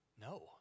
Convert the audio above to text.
No